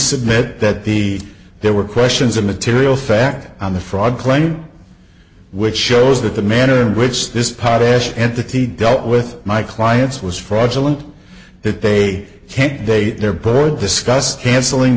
submit that the there were questions of material fact on the fraud claim which shows that the manner in which this part as entity dealt with my clients was fraudulent that they can't pay their poor discussed cancelling